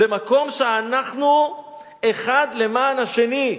זה מקום שבו אנחנו אחד למען השני,